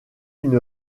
une